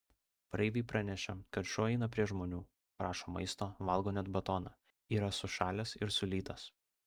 praeiviai pranešė kad šuo eina prie žmonių prašo maisto valgo net batoną yra sušalęs ir sulytas